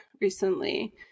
recently